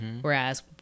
whereas